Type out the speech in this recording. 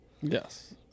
yes